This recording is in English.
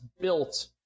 built